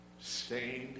stained